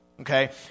okay